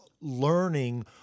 learning